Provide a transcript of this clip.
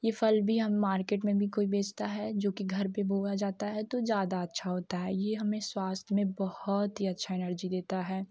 यह फल भी हम मार्केट में भी कोई बेचता है जो कि घर पर बोया जाता है तो ज़्यादा अच्छा होता है यह हमें स्वास्थ्य में बहुत ही अच्छा एनर्जी देता है